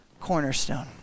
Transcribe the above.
cornerstone